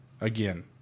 Again